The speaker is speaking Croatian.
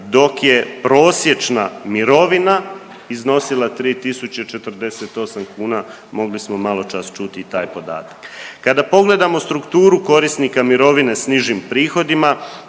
dok je prosječna mirovina iznosila 3.048 kuna, mogli smo maločas čuti i taj podatak. Kada pogledamo strukturu korisnika mirovine s nižim prihodima